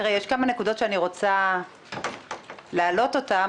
יש כמה נקודות שאני רוצה להעלות אותן,